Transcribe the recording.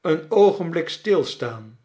een oogenblik stilstaan